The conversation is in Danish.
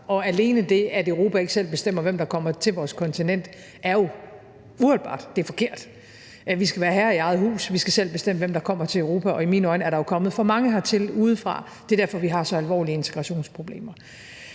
Alene det, at Europa ikke selv bestemmer, hvem der kommer til vores kontinent, er jo uholdbart, det er forkert. Vi skal være herre i eget hus, vi skal selv bestemme, hvem der kommer til Europa, og i mine øjne er der jo kommet for mange hertil udefra. Det er derfor, vi har så alvorlige integrationsproblemer.